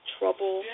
Trouble